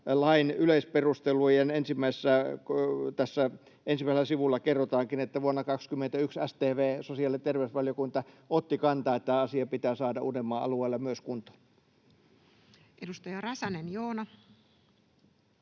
lain yleisperustelujen ensimmäisellä sivulla kerrotaankin, että vuonna 21 StV, sosiaali- ja terveysvaliokunta, otti kantaa, että tämä asia pitää saada myös Uudenmaan alueella kuntoon. Edustaja Räsänen, Joona.